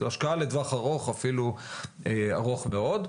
זו השקעה לטווח ארוך ואפילו ארוך מאוד.